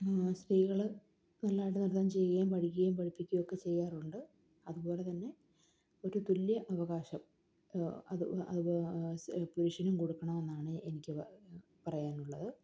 സ്ത്രീകള് നല്ലതായിട്ട് നൃത്തം ചെയ്യുകയും പഠിക്കുകയും പഠിപ്പിക്കുകയുമൊക്കെ ചെയ്യാറുണ്ട് അതുപോലെ തന്നെ ഒരു തുല്യാവകാശം അതു പുരുഷനും കൊടുക്കണമെന്നാണ് എനിക്ക് പറയാനുള്ളത്